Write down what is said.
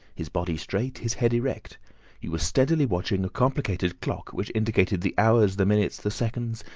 his body straight, his head erect he was steadily watching a complicated clock which indicated the hours, the minutes, the seconds,